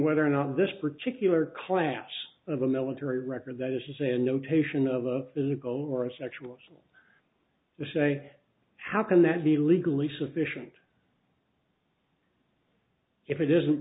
whether or not this particular class of a military record that is to say a notation of a physical or a sexual the say how can that be legally sufficient if it isn't